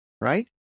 right